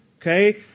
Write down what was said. Okay